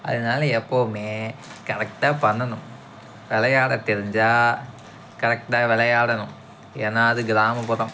அதனால் எப்போவுமே கரெக்டா பண்ணணும் விளையாட தெரிஞ்சா கரெக்டா விளையாடணும் ஏன்னா அது கிராமப்புறம்